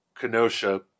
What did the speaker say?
Kenosha